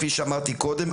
כפי שאמרתי קודם,